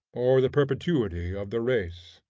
or the perpetuity of the race.